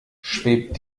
schwebt